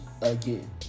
again